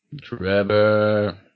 Trevor